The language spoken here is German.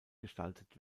gestaltet